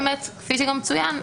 כפי שגם צוין,